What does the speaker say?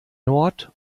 nord